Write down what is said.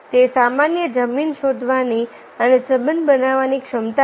તે સામાન્ય જમીન શોધવાની અને સંબંધ બાંધવાની ક્ષમતા છે